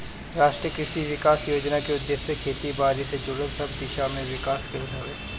राष्ट्रीय कृषि विकास योजना के उद्देश्य खेती बारी से जुड़ल सब दिशा में विकास कईल हवे